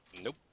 Nope